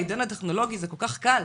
בעידן הטכנולוגי זה כל כך קל.